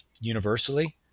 universally